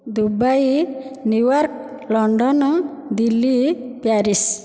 Dubai New York London Delhi Paris